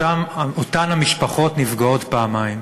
אותן המשפחות נפגעות פעמיים,